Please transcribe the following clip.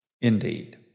Indeed